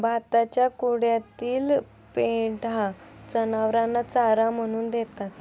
भाताच्या कुंड्यातील पेंढा जनावरांना चारा म्हणून देतात